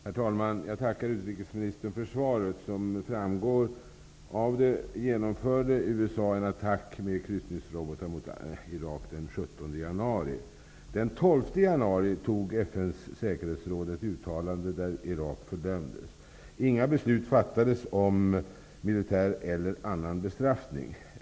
Herr talman! Jag tackar utrikesministern för svaret. Som framgår av det genomförde USA en attack med kryssningsrobotar mot Irak den 17 januari. Den 12 januari gjorde säkerhetsrådet ett uttalande där Irak fördömdes. Det fattades inga beslut om militär eller annan bestraffning.